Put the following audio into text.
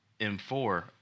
M4